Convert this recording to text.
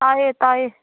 ꯇꯥꯏꯌꯦ ꯇꯥꯏꯌꯦ